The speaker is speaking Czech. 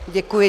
Děkuji.